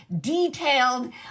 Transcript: detailed